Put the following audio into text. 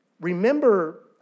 Remember